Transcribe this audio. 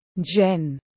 Jen